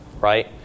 right